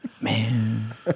Man